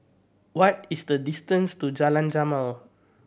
what is the distance to Jalan Jamal